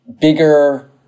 bigger